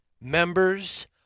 members